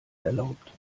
erlaubt